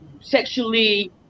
sexually